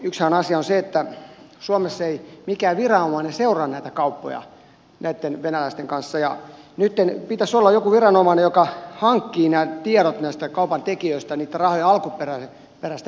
yksi asiahan on se että suomessa ei mikään viranomainen seuraa näitä kauppoja näitten venäläisten kanssa ja nytten pitäisi olla joku viranomainen joka hankkii nämä tiedot näistä kaupantekijöistä niitten rahojen alkuperästä etukäteen